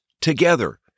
together